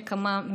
נקמה,